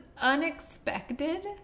unexpected